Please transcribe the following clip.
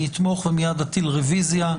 אני אתמוך ומיד אטיל רוויזיה.